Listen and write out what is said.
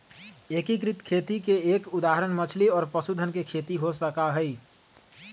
एकीकृत खेती के एक उदाहरण मछली और पशुधन के खेती हो सका हई